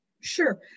Sure